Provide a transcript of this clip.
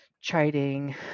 chiding